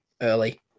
early